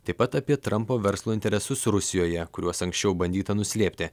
taip pat apie trampo verslo interesus rusijoje kuriuos anksčiau bandyta nuslėpti